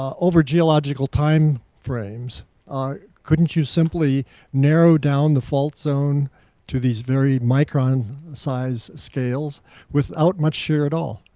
over geological time frames couldn't you simply narrow down the fault zone to these very micron size scales without much share at all